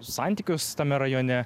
santykius tame rajone